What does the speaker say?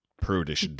Prudish